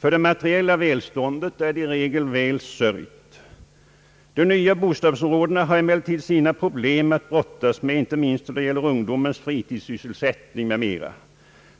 För vårt materiella välstånd är det i regel väl sörjt. De nya bostadsområdena har emellertid sina problem att brottas med, inte minst då det gäller ungdomens fritidssysselsättning m.m.